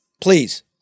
please